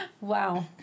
Wow